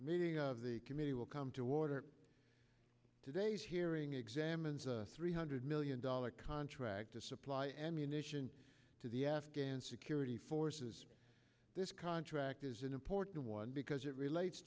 meeting of the committee will come to order today's hearing examines a three hundred million dollars contract to supply ammunition to the afghan security forces this contract is an important one because it relates